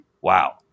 Wow